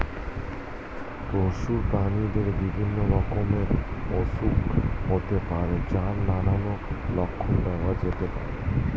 পশু প্রাণীদের বিভিন্ন রকমের অসুখ হতে পারে যার নানান লক্ষণ দেখা যেতে পারে